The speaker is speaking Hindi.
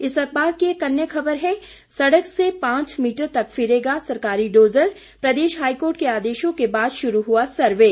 इस अख़बार की एक अन्य ख़बर है सड़क से पांच मीटर तक फिरेगा सरकारी डोजर प्रदेश हाईकोर्ट के आदेशों के बाद शुरू हुआ सर्वे